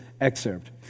excerpt